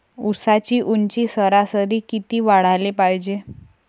ऊसाची ऊंची सरासरी किती वाढाले पायजे?